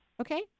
Okay